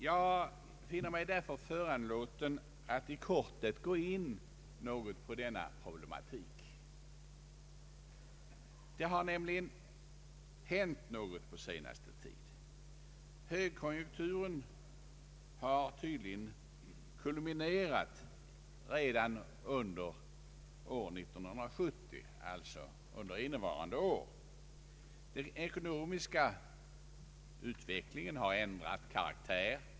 Jag finner mig därför föranlåten att i korthet gå in något på denna problematik. Det har nämligen hänt något på senaste tiden. Högkonjunkturen har tydligen kulminerat redan under innevarande År. Den ekonomiska utvecklingen har ändrat karaktär.